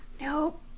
Nope